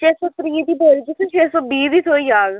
छे सौ त्रीह् दी बोरी तुसें ई छे सौ बीह् दी थ्होई जाह्ग